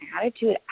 attitude